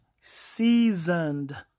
seasoned